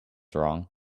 wrong